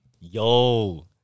yo